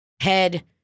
Head